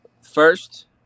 first